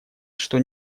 что